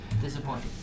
Disappointing